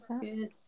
good